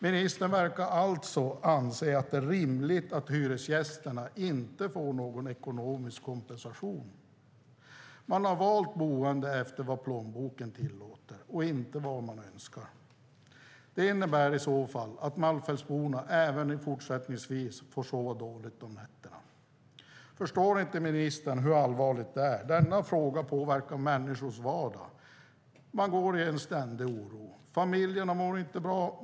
Ministern verkar alltså anse att det är rimligt att hyresgästerna inte får någon ekonomisk kompensation. Man har valt boende efter vad plånboken tillåter och inte efter vad man önskar. Det innebär i så fall att malmfältsborna även fortsättningsvis får sova dåligt om nätterna. Förstår inte ministern hur allvarligt det är? Denna fråga påverkar människors vardag. Man går i en ständig oro. Familjerna mår inte bra.